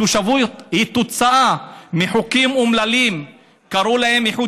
התושבות היא תוצאה של חוקים אומללים שקראו להם "איחוד